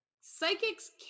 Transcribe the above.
Psychics